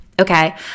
Okay